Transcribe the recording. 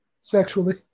Sexually